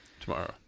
tomorrow